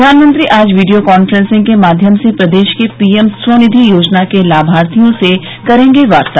प्रधानमंत्री आज video conferencing के माध्यम से प्रदेश के पीएम स्वनिधि योजना के लाभार्थियों से करेंगे वार्ता